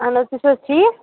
اَہَن حظ تُہۍ چھِو حظ ٹھیٖک